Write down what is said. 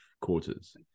quarters